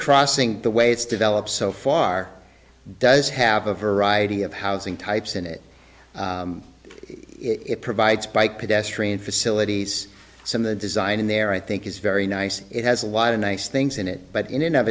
crossing the way it's developed so far does have a variety of housing types in it it provides bike pedestrian facilities some of the design in there i think is very nice it has a wide a nice things in it but in and of